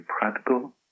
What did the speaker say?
practical